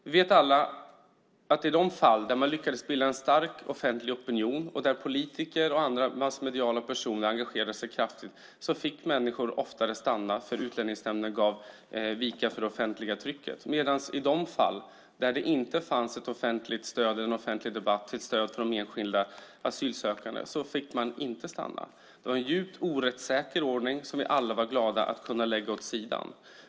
Vi vet alla att i de fall där man lyckades bilda en stark offentlig opinion och där politiker och andra personer i massmedierna engagerade sig kraftigt fick människor oftare stanna eftersom Utlänningsnämnden gav vika för det offentliga trycket. Men i de fall där det inte fanns ett offentligt stöd eller en offentlig debatt till stöd för enskilda asylsökande fick de inte stanna. Det var en djupt rättsosäker ordning som vi alla var glada över att kunna lägga åt sidan.